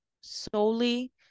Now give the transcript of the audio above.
solely